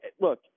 Look